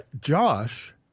Josh